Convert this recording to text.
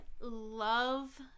love